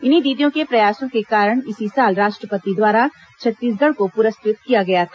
इन्हीं दीदियों के प्रयासों के कारण इसी साल राष्ट्रपति द्वारा छत्तीसगढ़ को पुरस्कृत किया गया था